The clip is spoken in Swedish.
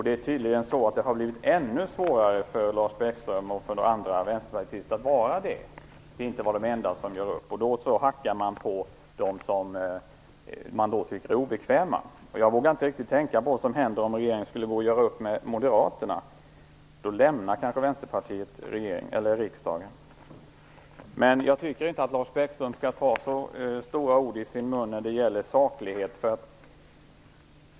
Det har tydligen blivit ännu svårare för Lars Bäckström och för andra vänsterpartister, eftersom de inte är de enda som gör upp. Man hackar på dem som man tycker är obekväma. Jag vågar inte riktigt tänka på vad som skulle hända om regeringen skulle göra upp med Moderaterna. Då kanske Vänsterpartiet skulle lämna riksdagen. Jag tycker inte att Lars Bäckström skall ta så stora ord i sin mun när det gäller saklighet.